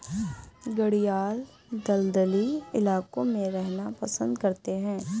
घड़ियाल दलदली इलाकों में रहना पसंद करते हैं